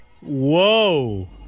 Whoa